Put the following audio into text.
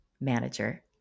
manager